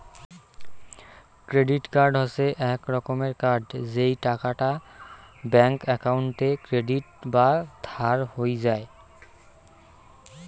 credit card হসে এক রকমের কার্ড যেই টাকাটা ব্যাঙ্ক একাউন্টে ক্রেডিট বা ধার হই যাই